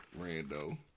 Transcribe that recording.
rando